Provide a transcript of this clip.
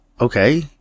okay